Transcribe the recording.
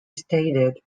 stated